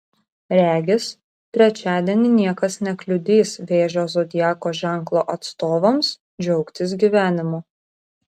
regis trečiadienį niekas nekliudys vėžio zodiako ženklo atstovams džiaugtis gyvenimu